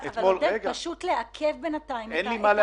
אבל פשוט לעכב בינתיים -- אין לי מה